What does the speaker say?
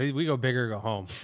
we go bigger, go home